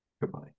Goodbye